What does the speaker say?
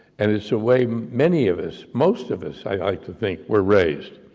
and it's the way many of us, most of us, i'd like to think, were raised.